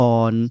on